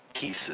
Pieces